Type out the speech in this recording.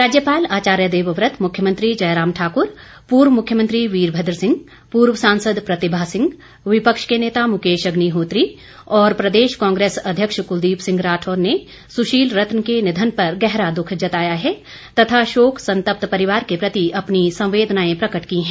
राज्यपाल आचार्य देवव्रत मुख्यमंत्री जयराम ठाकुर पूर्व मुख्यमंत्री वीरभद्र सिंह पूर्व सांसद प्रतिभा सिंह विपक्ष के नेता मुकेश अग्निहोत्री और प्रदेश कांग्रेस अध्यक्ष कुलदीप सिंह राठौर ने सुशील रतन के निधन पर गहरा दुख जताया है तथा शोक संतप्त परिवार के प्रति अपनी संवेदनाएं प्रकट की हैं